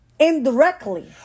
Indirectly